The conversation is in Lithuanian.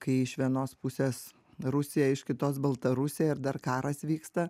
kai iš vienos pusės rusija iš kitos baltarusija ir dar karas vyksta